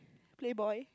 playboy